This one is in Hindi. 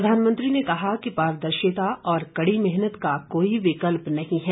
प्रधानमंत्री ने कहा कि पारदर्शिता और कड़ी मेहनत का कोई विकल्प नहीं है